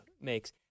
makes